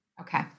Okay